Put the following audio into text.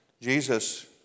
Jesus